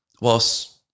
whilst